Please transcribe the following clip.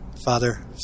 Father